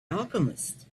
alchemist